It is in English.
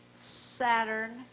Saturn